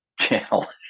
channel